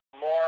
more